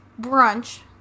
Brunch